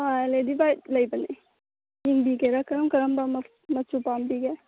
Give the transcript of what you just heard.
ꯍꯣꯏ ꯂꯦꯗꯤ ꯕꯥꯔꯗ ꯂꯩꯕꯅꯦ ꯌꯦꯡꯕꯤꯒꯦꯔꯥ ꯀꯔꯝ ꯀꯔꯝꯕ ꯃꯆꯨ ꯄꯥꯝꯕꯤꯒꯦ